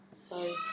Sorry